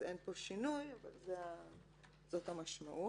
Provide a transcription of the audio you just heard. אז אין פה שינוי אבל זאת המשמעות.